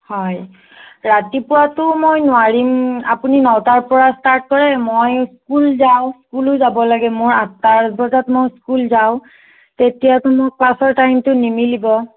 হয় ৰাতিপুৱাতো মই নোৱাৰিম আপুনি নটাৰ পৰা ষ্টাৰ্ট কৰে মই স্কুল যাওঁ স্কুলো যাব লাগে মই আঠটা বজাত মই স্কুল যাওঁ তেতিয়াতো মোৰ ক্লাছৰ টাইমটো নিমিলিব